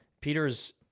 Peter's